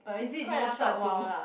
is it you wanted to